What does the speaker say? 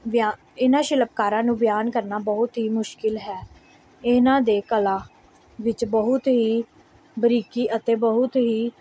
ਬਿਆ ਇਹਨਾਂ ਸ਼ਿਲਪਕਾਰਾਂ ਨੂੰ ਬਿਆਨ ਕਰਨਾ ਬਹੁਤ ਹੀ ਮੁਸ਼ਕਿਲ ਹੈ ਇਹਨਾਂ ਦੇ ਕਲਾ ਵਿੱਚ ਬਹੁਤ ਹੀ ਬਰੀਕੀ ਅਤੇ ਬਹੁਤ ਹੀ